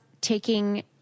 taking